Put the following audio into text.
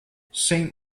saint